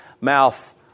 mouth